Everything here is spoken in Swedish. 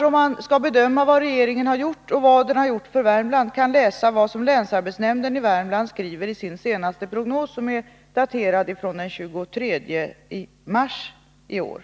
Om man skall bedöma vad regeringen har gjort för Värmland, kan det vara bra att läsa vad länsarbetsnämnden i Värmland skriver i sin senaste prognos, som är daterad den 23 mars i år.